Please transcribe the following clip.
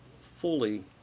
fully